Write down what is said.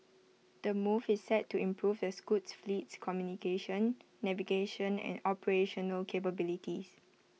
the move is set to improve the scoot fleet's communication navigation and operational capabilities